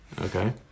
Okay